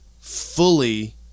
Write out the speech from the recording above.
fully